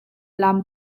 lam